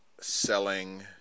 selling